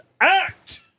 act